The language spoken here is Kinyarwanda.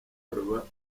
ruba